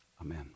Amen